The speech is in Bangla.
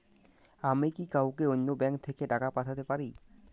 আমি কি কাউকে অন্য ব্যাংক থেকে টাকা পাঠাতে পারি?